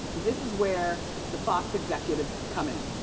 this is where the fox executives come in,